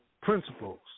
principles